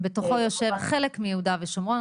שבתוכו יושב חלק מיהודה ושומרון.